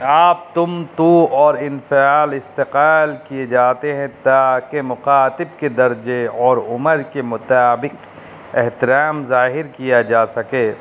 آپ تم تو اور انفعال استقال کیے جاتے ہیں تاکہ مخاطب کے درجے اور عمر کے مطابق احترام ظاہر کیا جا سکے